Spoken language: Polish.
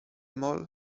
mol